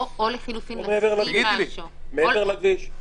מעבר לכביש.